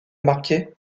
marquet